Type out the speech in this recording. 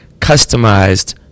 customized